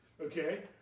Okay